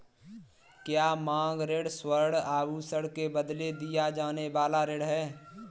क्या मांग ऋण स्वर्ण आभूषण के बदले दिया जाने वाला ऋण है?